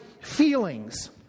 feelings